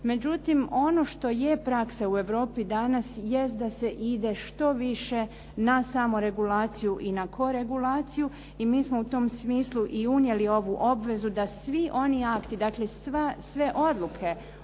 Međutim, ono što je praksa u Europi danas jest da se ide što više na samoregulaciju i na koregulaciju i mi smo u tom smislu i unijeli ovu obvezu da svi oni akti, dakle sve odluke o